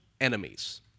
enemies